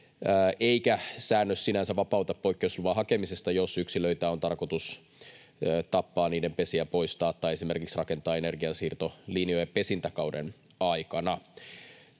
Eikä säännös sinänsä vapauta poikkeusluvan hakemisesta, jos yksilöitä on tarkoitus tappaa tai niiden pesiä poistaa tai esimerkiksi rakentaa energiansiirtolinjoja pesintäkauden aikana.